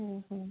হুম হুম